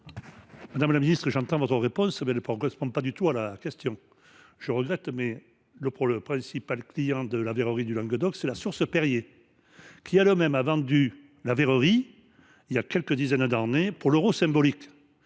Madame la Ministre, j'entends votre réponse, mais elle ne correspond pas du tout à la question. Je regrette, mais le principal client de la verrerie du Languedoc, c'est la Source Perrier, qui a le même vendu la verrerie, il y a quelques dizaines d'années, pour l'Euro Symbolique.